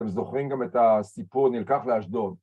אתם זוכרים גם את הסיפור נלקח לאשדוד